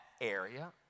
area